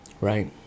right